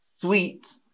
sweet